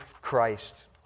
Christ